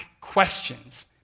questions